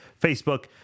Facebook